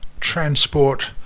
transport